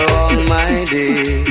almighty